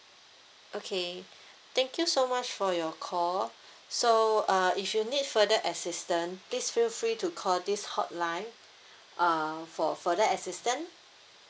okay thank you so much for your call so uh if you need further assistant please feel free to call this hotline uh for for the assistant